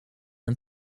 and